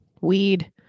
Weed